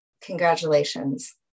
Congratulations